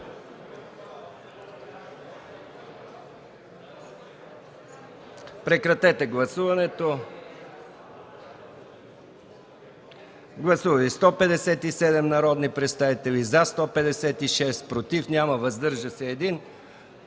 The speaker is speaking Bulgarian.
режим на гласуване. Гласували 157 народни представители: за 156, против няма, въздържал се 1.